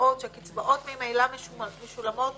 הקצבאות שממילא משולמות